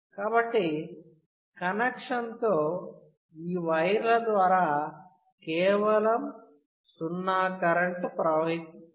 కాబట్టి కనెక్షన్ తో ఈ వైర్ల ద్వారా కేవలం 0 కరెంట్ ప్రవహింపచేస్తోంది